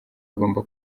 agomba